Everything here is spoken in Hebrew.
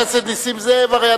ציבורית),